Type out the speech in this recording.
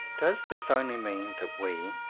does this only mean that we,